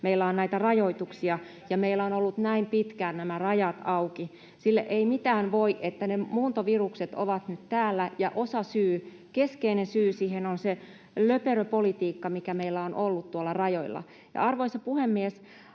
ja meillä ovat olleet näin pitkään nämä rajat auki. Sille ei mitään voi, että ne muuntovirukset ovat nyt täällä, ja osasyy, keskeinen syy siihen on se löperö politiikka, mikä meillä on ollut tuolla rajoilla. Ja, arvoisa puhemies,